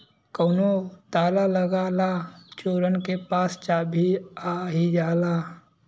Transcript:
कउनो ताला लगा ला चोरन के पास चाभी आ ही जाला